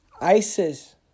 ISIS